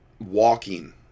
walking